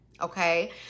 okay